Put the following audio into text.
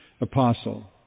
apostle